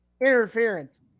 interference